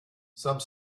some